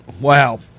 Wow